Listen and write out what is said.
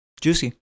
juicy